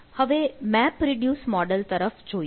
MapReduce model તરફ જોઈએ